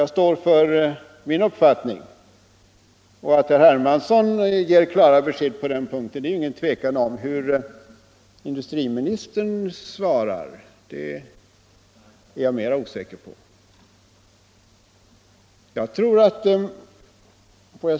Jag står också för min uppfattning, och att herr Hermansson gav ett klart besked på den här punkten är inte att ta miste på. Men hur industriministern svarar är jag mera osäker om.